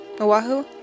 Oahu